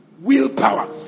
Willpower